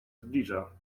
zbliża